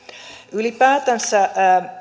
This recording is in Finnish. ylipäätänsä